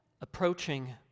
approaching